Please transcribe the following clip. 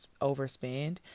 overspend